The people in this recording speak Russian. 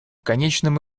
конечном